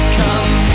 come